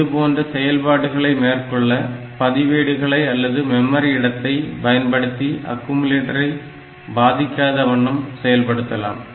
இதுபோன்ற செயல்பாடுகளை மேற்கொள்ள பதிவேடுகளை அல்லது மெமரி இடத்தை பயன்படுத்தி அக்குமுலேட்டரை பாதிக்காத வண்ணம் செயல்படுத்தலாம்